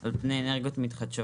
על פני אנרגיות מתחדשות.